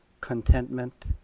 contentment